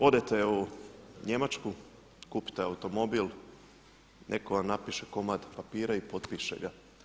Odete u Njemačku, kupite automobil, netko vam napiše komad papira i potpiše ga.